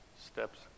steps